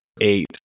eight